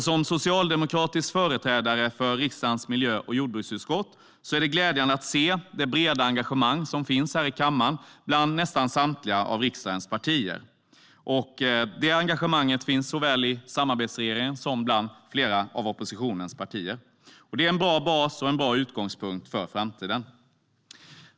Som socialdemokratisk företrädare för riksdagens miljö och jordbruksutskott tycker jag att det är glädjande att se det breda engagemang som finns här i kammaren bland nästan samtliga av riksdagens partier. Det engagemanget finns såväl i samarbetsregeringen som bland flera av oppositionens partier. Det är en bra utgångspunkt för framtiden.